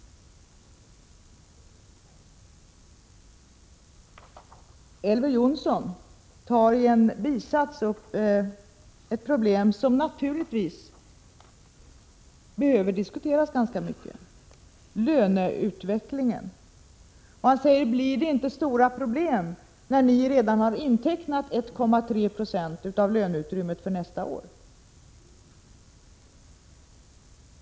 Elver Jonsson tog i en bisats upp ett problem som naturligtvis behöver diskuteras ganska ingående, nämligen löneutvecklingen. Han frågade om det inte blir stora problem när vi redan har intecknat 1,3 26 av löneutrymmet för nästa år.